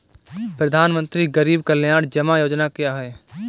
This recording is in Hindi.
प्रधानमंत्री गरीब कल्याण जमा योजना क्या है?